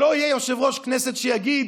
כי אנחנו שמחים שלא יהיה יושב-ראש כנסת שיגיד